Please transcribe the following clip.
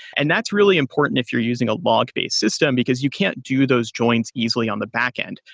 and that's really important if you're using a log-based system because you can't do those joins easily on the backend.